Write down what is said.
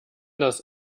das